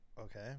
Okay